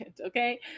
okay